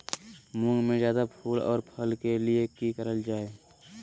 मुंग में जायदा फूल और फल के लिए की करल जाय?